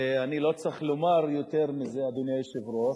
ואני לא צריך לומר יותר מזה, אדוני היושב-ראש.